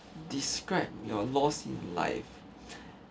describe your loss in life